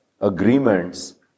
agreements